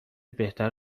بهتر